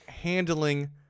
handling